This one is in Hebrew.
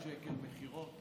27 מיליארד שקל מכירות.